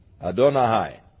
Adonai